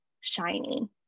shiny